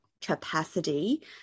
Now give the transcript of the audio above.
capacity